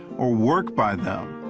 or worked by them.